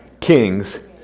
kings